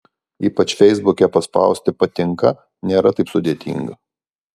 ypač feisbuke paspausti patinka nėra taip sudėtinga